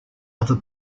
other